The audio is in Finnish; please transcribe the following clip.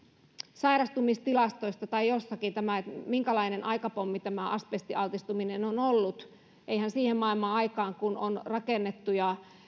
sairastumistilastoissa tai jossakin tämä minkälainen aikapommi tämä asbestialtistuminen on ollut eihän siihen maailmanaikaan kun on rakennettu ja